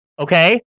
Okay